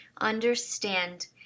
understand